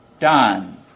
done